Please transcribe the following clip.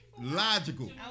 Logical